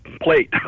plate